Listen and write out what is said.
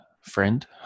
friend